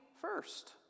first